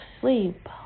sleep